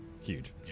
Huge